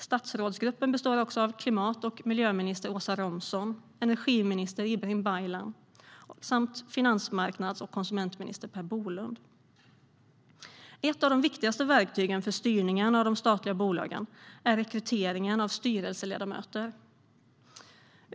Statsrådsgruppen består också av klimat och miljöminister Åsa Romson, energiminister Ibrahim Baylan samt finansmarknads och konsumentminister Per Bolund. Ett av de viktigaste verktygen för styrningen av de statliga bolagen är rekryteringen av styrelseledamöter.